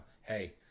Hey